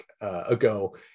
ago